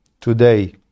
today